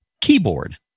keyboard